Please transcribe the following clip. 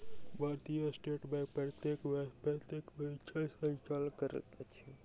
भारतीय state bank प्रत्येक वर्ष बैंक परीक्षाक संचालन करैत अछि